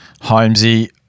Holmesy